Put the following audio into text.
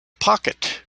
pocket